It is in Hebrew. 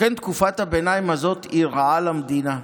לכן תקופת הביניים הזאת היא רעה למדינה,